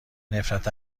نفرت